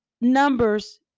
numbers